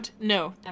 No